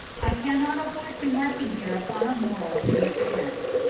i cannot avoid remarking here upon a moral significance.